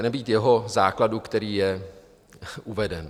nebýt jeho základu, který je uveden.